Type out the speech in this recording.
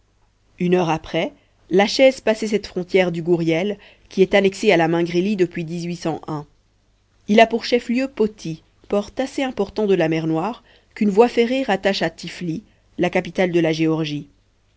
une heure après la chaise passait cette frontière du gouriel qui est annexé à la mingrélie depuis il a pour chef-lieu poti port assez important de la mer noire qu'une voie ferrée rattache à tiflis la capitale de la géorgie